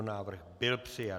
Návrh byl přijat.